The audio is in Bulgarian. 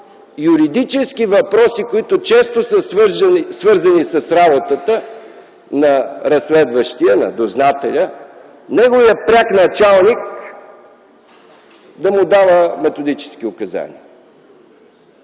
юридически въпроси, които често са свързани с работата на разследващия, на дознателя, неговият пряк началник да му дава методически указания.